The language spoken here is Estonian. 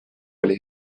oli